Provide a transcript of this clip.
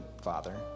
Father